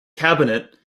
cabinet